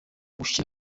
gushyira